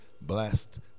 blessed